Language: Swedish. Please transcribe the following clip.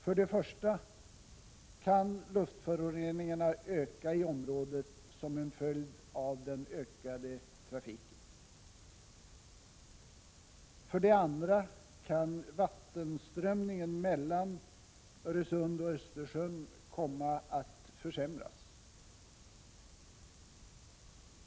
För det första kan luftföroreningarna öka i området, som en följd av den ökade trafiken. För det andra kan vattenströmningen mellan Öresund och Östersjön komma att försämras.